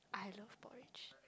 I love porridge